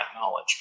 knowledge